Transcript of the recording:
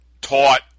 taught